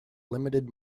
limited